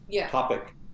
topic